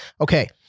Okay